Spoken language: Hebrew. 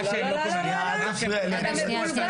אתה מבולבל,